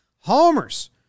homers